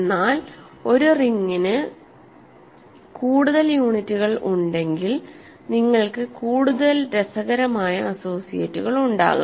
എന്നാൽ ഒരു റിംഗിന് കൂടുതൽ യൂണിറ്റുകൾ ഉണ്ടെങ്കിൽ നിങ്ങൾക്ക് കൂടുതൽ രസകരമായ അസോസിയേറ്റുകൾ ഉണ്ടാകും